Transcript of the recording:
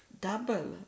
double